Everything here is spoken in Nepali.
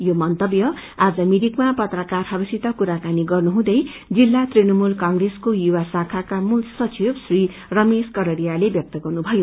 यो मन्तव्य आज मिरिकमा पत्रकारहससित कुराकानी गर्नुहँदै जिल्ल तृणमूल कंग्रेसको युवा शाखाको मूल सचिव श्री रमेश कडारियाले व्यक्त गर्नुषयो